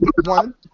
One